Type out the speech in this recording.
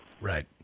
Right